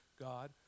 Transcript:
God